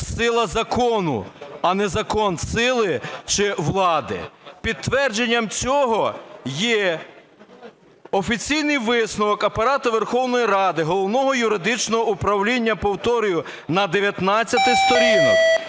сила закону, а не закон сили чи влади. Підтвердженням цього є офіційний висновок Апарату Верховної Ради, Головного юридичного управління, повторюю, на 19 сторінках.